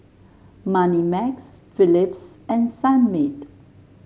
Moneymax Philips and Sunmaid